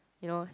you know